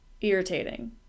irritating